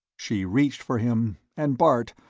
she reached for him, and bart,